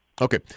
Okay